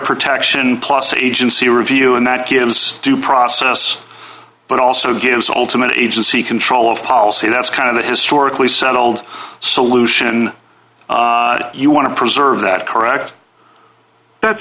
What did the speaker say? protection plus agency review and that gives due process but also gives ultimate agency control of policy that's kind of the historically settled solution you want to preserve that correct that's